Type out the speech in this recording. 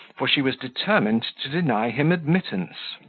for she was determined to deny him admittance.